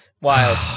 wild